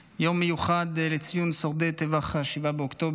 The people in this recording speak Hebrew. יום מיוחד לציון שורדי טבח 7 באוקטובר.